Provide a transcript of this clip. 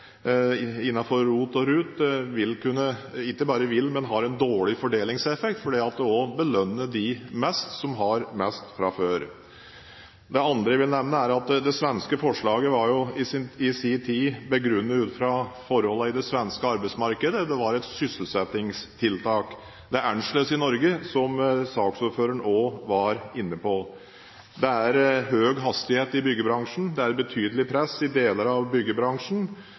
ROT og RUT har en dårlig fordelingseffekt, for det belønner dem som har mest fra før. Det svenske forslaget var i sin tid begrunnet ut fra forholdene i det svenske arbeidsmarkedet. Det var et sysselsettingstiltak. Det er annerledes i Norge, noe saksordføreren også var inne på. Det er høy hastighet i byggebransjen. Det er betydelig press i deler av byggebransjen.